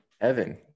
Evan